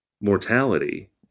mortality